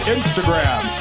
Instagram